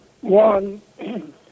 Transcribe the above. one